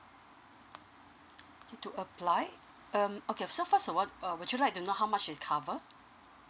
okay to apply um okay so first of all uh would you like to know how much is cover